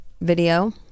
video